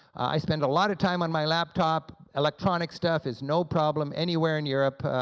i spend a lot of time on my laptop, electronic stuff is no problem anywhere in europe.